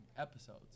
episodes